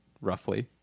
roughly